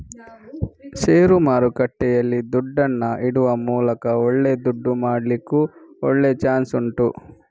ಷೇರು ಮಾರುಕಟ್ಟೆಯಲ್ಲಿ ದುಡ್ಡನ್ನ ಇಡುವ ಮೂಲಕ ಒಳ್ಳೆ ದುಡ್ಡು ಮಾಡ್ಲಿಕ್ಕೂ ಒಳ್ಳೆ ಚಾನ್ಸ್ ಉಂಟು